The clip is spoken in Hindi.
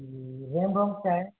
रेम रोम क्या है इस